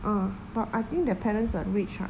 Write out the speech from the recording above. ah but I think the parents are rich ah